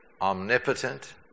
omnipotent